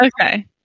Okay